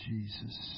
Jesus